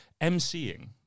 mcing